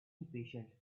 impatient